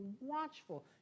watchful